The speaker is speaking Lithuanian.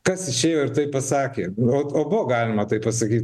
kas išėjo ir taip pasakė o o buvo galima taip pasakyt